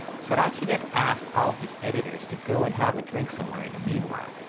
sorachi then asked all his editors to go and have a drink somewhere in the meanwhile,